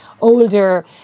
older